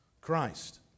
Christ